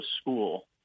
school